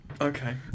Okay